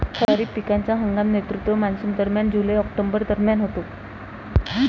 खरीप पिकांचा हंगाम नैऋत्य मॉन्सूनदरम्यान जुलै ऑक्टोबर दरम्यान होतो